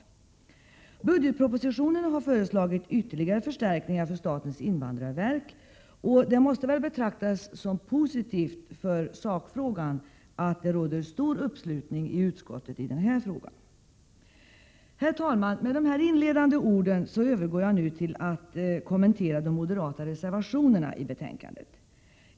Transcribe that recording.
I budgetpropositionen har föreslagits ytterligare förstärkningar till statens invandrarverk, och det måste väl betraktas som positivt för sakfrågan att det råder stor uppslutning i utskottet i den här frågan. Herr talman! Med dessa inledande ord övergår jag nu till att kommentera de moderata reservationerna i betänkandet.